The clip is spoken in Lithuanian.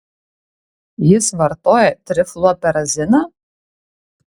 jis vartoja trifluoperaziną